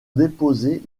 déposer